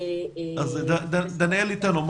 דניאל איתנו.